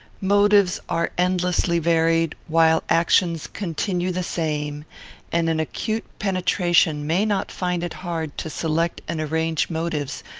motives are endlessly varied, while actions continue the same and an acute penetration may not find it hard to select and arrange motives,